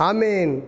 Amen